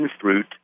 fruit